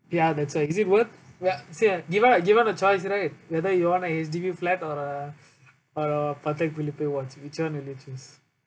ya that's why is it worth ya say given given a choice right whether you want a H_D_B flat or a or Patek Philipe watch which one will you choose